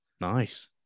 Nice